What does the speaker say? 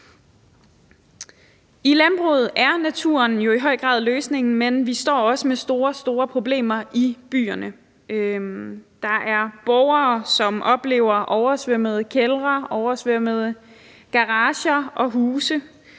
I landbruget er naturen jo i høj grad løsningen, men vi står også med store, store problemer i byerne. Der er borgere, som oplever oversvømmede kældre, oversvømmede